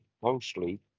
closely